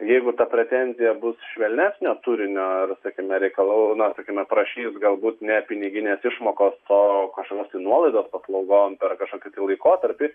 jeigu ta pretenzija bus švelnesnio turinio ar sakykim reikalau na sakykime prašys galbūt ne piniginės išmokos o kažkokios tai nuolaidos paslaugom per kažkokį laikotarpį